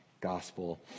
gospel